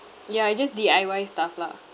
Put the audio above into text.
ya just D_I_Y stuff lah